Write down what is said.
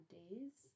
days